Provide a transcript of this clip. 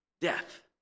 Death